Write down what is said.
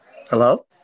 Hello